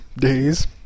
days